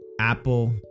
Apple